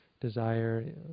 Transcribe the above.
desire